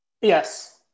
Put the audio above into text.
Yes